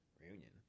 Reunion